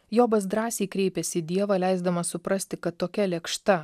jobas drąsiai kreipės į dievą leisdamas suprasti kad tokia lėkšta